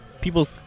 people